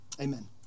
amen